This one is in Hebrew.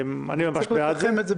אני מציע שנעשה הקראה של